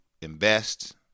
invest